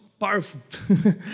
powerful